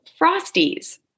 Frosties